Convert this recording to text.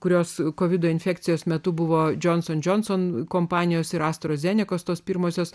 kurios kovido infekcijos metu buvo johnson johnson kompanijos ir astra zeneca tos pirmosios